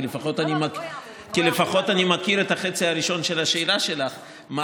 כי לפחות אני מכיר את החצי הראשון של השאלה שלך: מה